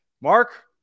Mark